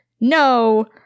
no